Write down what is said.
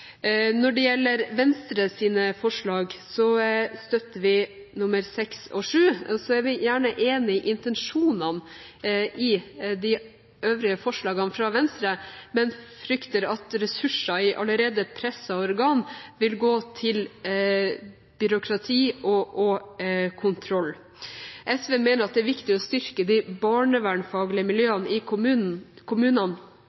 Når det gjelder Venstres forslag, støtter vi forslagene nr. 6 og 7. Vi er gjerne enig i intensjonene i de øvrige forslagene fra Venstre, men frykter at ressurser i allerede pressede organer vil gå til byråkrati og kontroll. SV mener at det er viktig å styrke de barnevernfaglige